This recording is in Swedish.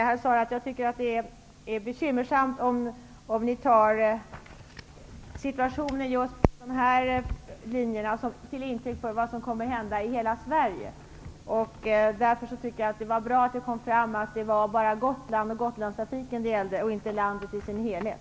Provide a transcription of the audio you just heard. Herr talman! Jag tycker att det är bekymmersamt om herr Zaar tar situationen för just de här linjerna till intäkt för vad som kommer att hända i hela Sverige. Därför var det bra att det kom fram att det var bara Gotland och Gotlandstrafiken det gällde och inte landet i sin helhet.